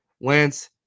Lance